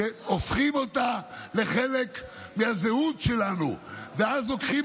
שהופכים אותה לחלק מהזהות שלנו ואז לוקחים